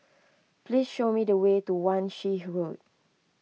please show me the way to Wan Shih Road